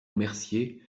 mercier